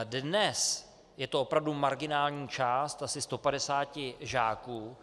Dnes je to opravdu marginální část asi 150 žáků.